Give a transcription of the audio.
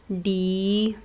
D